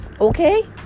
Okay